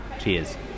Cheers